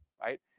right